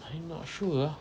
I not sure ah